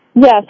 Yes